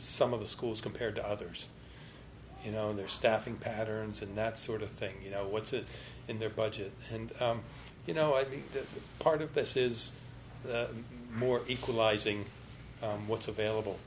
some of the schools compared to others you know their staffing patterns and that sort of thing you know what's in their budget and you know i think that part of this is more equalizing what's available